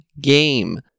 game